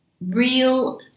real